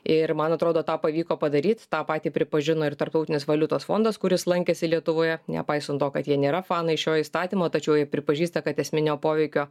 ir man atrodo tą pavyko padaryt tą patį pripažino ir tarptautinis valiutos fondas kuris lankėsi lietuvoje nepaisant to kad jie nėra fanai šio įstatymo tačiau pripažįsta kad esminio poveikio